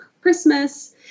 Christmas